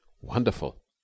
wonderful